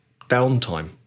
downtime